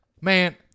man